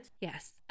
Yes